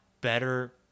better